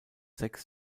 sechs